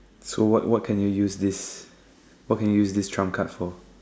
so what what can you use this what can you use this trump card for